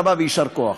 תודה רבה ויישר כוח.